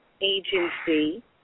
agency